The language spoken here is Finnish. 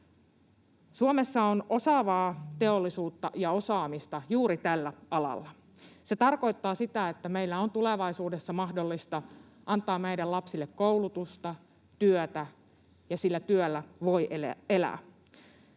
Suomessa on osaavaa teollisuutta ja osaamista juuri tällä alalla. Se tarkoittaa sitä, että meillä on tulevaisuudessa mahdollista antaa meidän lapsillemme koulutusta ja työtä ja sillä työllä voi elää.